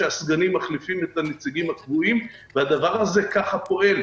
כאשר הסגנים מחליפים את הנציגים הקבועים והדבר הזה פועל כך.